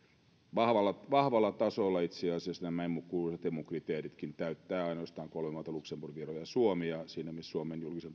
ihan vahvalla tasolla itse asiassa nämä kuuluisat emu kriteeritkin täyttää ainoastaan kolme maata luxemburg viro ja suomi ja siinä mielessä suomen julkisen talouden